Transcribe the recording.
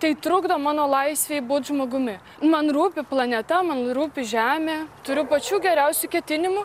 tai trukdo mano laisvei būt žmogumi man rūpi planeta man rūpi žemė turiu pačių geriausių ketinimų